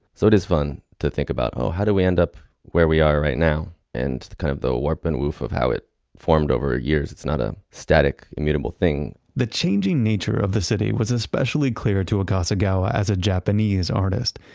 so it is fun to think about oh, how did we end up where we are right now? and kind of the warp and woof of how it formed over ah years. it's not a static, mutable thing. the changing nature of the city was especially clear to akasegawa as a japanese artist.